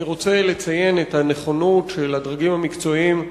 אני רוצה לציין את הנכונות של הדרגים המקצועיים,